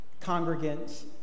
congregants